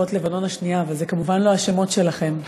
מלחמת לבנון השנייה, וזה כמובן לא השם שלכם,